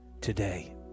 today